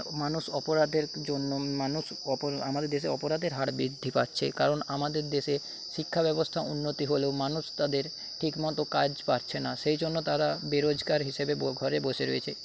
মানুষ অপরাধের জন্য মানুষ অপর আমাদের দেশে অপরাধের হার বৃদ্ধি পাচ্ছে কারণ আমাদের দেশে শিক্ষাব্যবস্থা উন্নতি হলেও মানুষ তাদের ঠিকমত কাজ পারছে না সেই জন্য তারা বেরোজগার হিসেবে ঘরে বসে রয়েছে